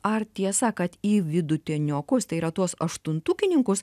ar tiesa kad į vidutiniokus tai yra tuos aštuntukininkus